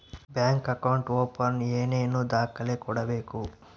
Bank account open ಏನೇನು ದಾಖಲೆ ಕೊಡಬೇಕು?